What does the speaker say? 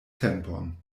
tempon